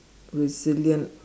resilient